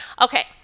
okay